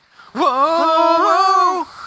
Whoa